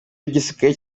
w’igisirikare